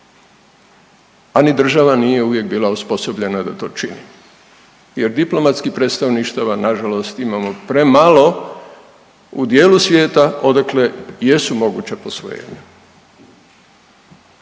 A ni država nije uvijek bila osposobljena da to čini jer diplomatskih predstavništava nažalost imamo premalo u dijelu svijeta odakle jesu moguća posvojenja,